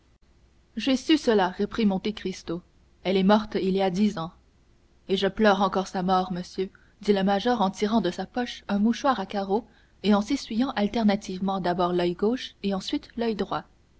j'ai su cela reprit monte cristo elle est morte il y a dix ans et je pleure encore sa mort monsieur dit le major en tirant de sa poche un mouchoir à carreaux et en s'essuyant alternativement d'abord l'oeil gauche et ensuite l'oeil droit